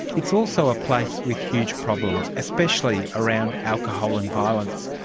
it's also a place with huge problems, especially around alcohol and violence.